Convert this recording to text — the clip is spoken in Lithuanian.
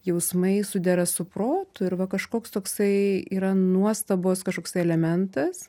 jausmai sudera su protu ir va kažkoks toksai yra nuostabos kažkoks tai elementas